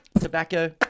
tobacco